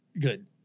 good